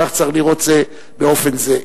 כך צריך לראות את זה, באופן זה.